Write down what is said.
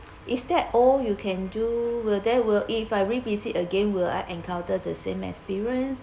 is that all you can do will there will if I revisit again will I encounter the same experience